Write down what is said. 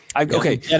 okay